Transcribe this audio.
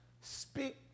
speak